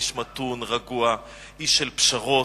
איש מתון, רגוע, איש של פשרות,